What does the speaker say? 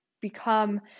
become